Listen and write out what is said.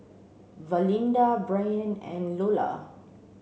Valinda Brianne and Loula